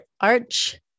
arch